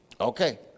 Okay